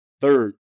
Third